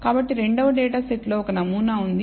కాబట్టి 2 వ data set లో ఒక నమూనా ఉంది